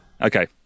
Okay